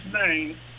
name